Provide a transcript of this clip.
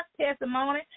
testimony